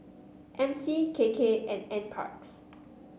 M C K K and NParks